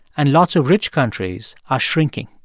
and lots of rich countries are shrinking.